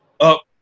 up